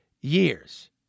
years